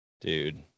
Dude